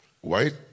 White